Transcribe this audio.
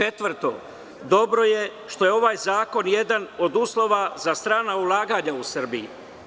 Četvrto, dobro je što je ovaj zakon jedan od uslova za strana ulaganja u Srbiji.